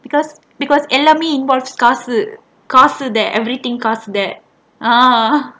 because எல்லாமே:ellaamae involved cost cost there everything because that uh